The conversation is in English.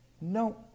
No